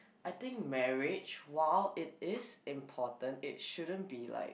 I think marriage while it is important it shouldn't be like